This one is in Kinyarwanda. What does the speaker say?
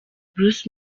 bruce